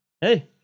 Hey